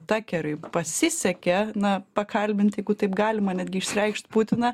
takeriui pasisekė na pakalbint jeigu taip galima netgi išsireikšt putiną